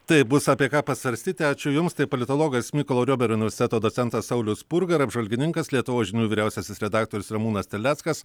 taip bus apie ką pasvarstyti ačiū jums tai politologas mykolo riomerio universiteto docentas saulius spurga ir apžvalgininkas lietuvos žinių vyriausiasis redaktorius ramūnas terleckas